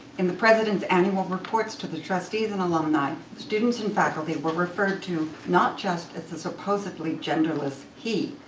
in the president's annual reports to the trustees and alumni, students and faculty were referred to not just as a supposedly genderless he,